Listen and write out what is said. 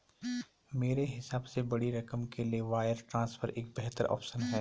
मेरे हिसाब से बड़ी रकम के लिए वायर ट्रांसफर एक बेहतर ऑप्शन है